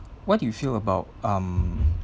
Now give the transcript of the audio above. what do you feel about um